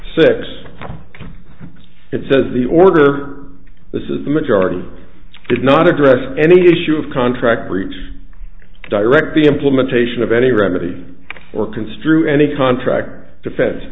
six it says the order this is the majority does not address any issue of contract groups direct the implementation of any remedy or construe any contract defen